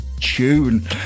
Tune